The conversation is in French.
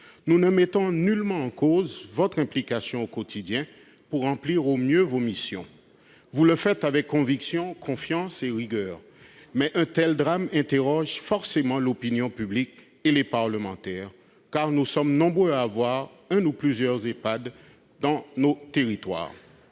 Nous ne mettons nullement en cause votre implication au quotidien pour remplir au mieux vos missions : vous le faites avec conviction, confiance et rigueur. Mais un tel drame interroge forcément l'opinion publique et les parlementaires, car nous sommes nombreux à compter un ou plusieurs Ehpad dans nos territoires.